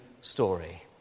story